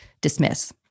dismiss